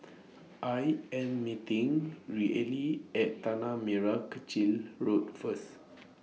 I Am meeting Reilly At Tanah Merah Kechil Road First